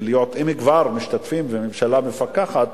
אם כבר משתתפים והממשלה מפקחת,